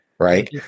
right